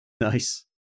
nice